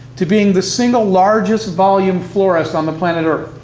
to being the single largest volume florist on the planet earth.